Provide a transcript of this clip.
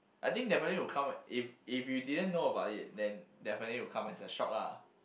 I think definitely will come if if you didn't know about it then definitely it will come as a shock lah